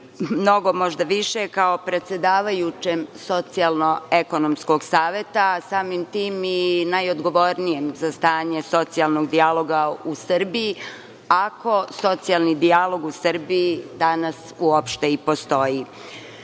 mnogo možda više kao predsedavajućem Socijalno-ekonomskog saveta, samim tim i najodgovornijim za stanje socijalnog dijaloga u Srbiji, ako socijalni dijalog u Srbiji danas uopšte i postoji. Naime,